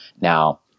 Now